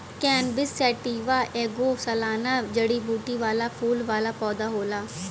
cannabis sativa ऐगो सालाना जड़ीबूटी वाला फूल वाला पौधा होला